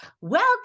Welcome